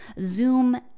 zoom